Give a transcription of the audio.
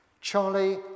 Charlie